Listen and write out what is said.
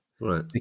Right